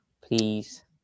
Please